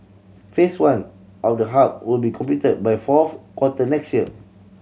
Phase One of the hub will be completed by fourth quarter next year